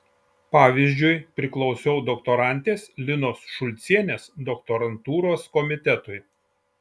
pavyzdžiui priklausiau doktorantės linos šulcienės doktorantūros komitetui